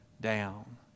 down